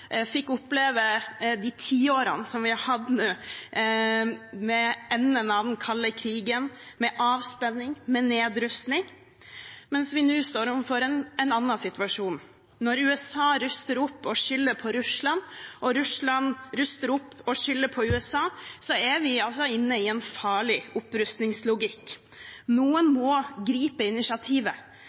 fikk oppleve de tiårene som vi har hatt nå, med enden av den kalde krigen, med avspenning, med nedrustning, mens vi nå står overfor en annen situasjon. Når USA ruster opp og skylder på Russland, og Russland ruster opp og skylder på USA, er vi inne i en farlig opprustningslogikk. Noen må gripe initiativet